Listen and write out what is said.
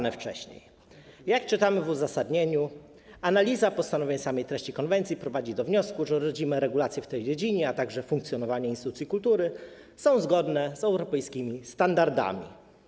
Jak napisano w uzasadnieniu, analiza postanowień samej treści konwencji prowadzi do wniosku, że rodzime regulacje w tej dziedzinie, a także funkcjonowanie instytucji kultury są zgodne z europejskimi standardami.